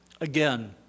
Again